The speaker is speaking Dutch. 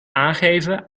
aangeven